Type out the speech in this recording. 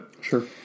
Sure